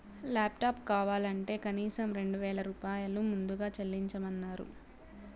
laptop కావాలంటే కనీసం రెండు వేల రూపాయలు ముందుగా చెల్లించమన్నరు